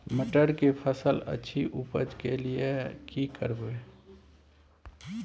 मटर के फसल अछि उपज के लिये की करबै?